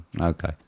Okay